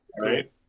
Right